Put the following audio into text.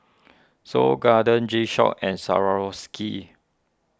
Seoul Garden G Shock and Swarovski